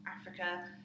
Africa